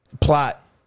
Plot